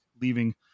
leaving